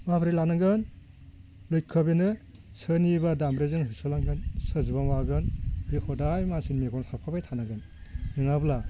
माबोरै लानांगोन लैखोआ बेनो सोरनिबा दामब्रिजों होसोलांगोन सोरजोंबा माबागोन बे हदाय मानसि मेगनाव थाफाबाय थानांगोन नोङाब्ला